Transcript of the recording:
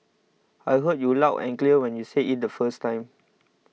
I heard you loud and clear when you said it the first time